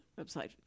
website